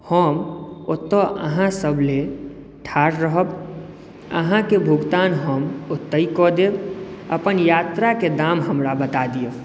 हम ओतय अहाँ सब लेल ठाढ़ रहब अहाॅंके भुगतान हम ओतै कय देब अपन यात्राके दाम हमरा बता दिअ